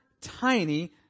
tiny